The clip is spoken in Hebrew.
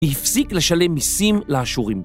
הפסיק לשלם מסים לאשורים